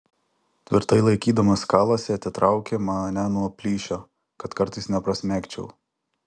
tvirtai laikydamas kalasi atitraukė mane nuo plyšio kad kartais neprasmegčiau